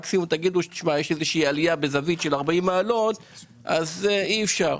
מקסימום תגידו: יש איזו עלייה בזווית של 40 מעלות אז אי אפשר.